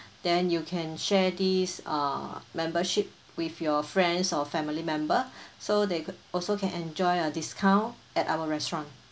then you can share this uh membership with your friends or family member so they could also can enjoy a discount at our restaurant